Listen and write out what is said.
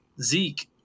Zeke